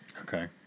Okay